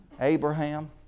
Abraham